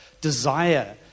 desire